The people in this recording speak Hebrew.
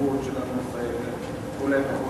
החשיבות של הנושא וכו' וכו',